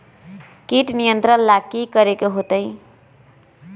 किट नियंत्रण ला कि करे के होतइ?